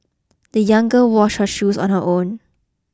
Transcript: the young girl washed her shoes on her own